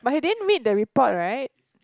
but he didn't read the report right